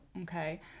okay